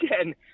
again